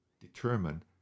determine